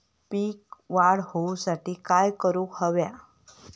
पीक वाढ होऊसाठी काय करूक हव्या?